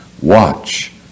watch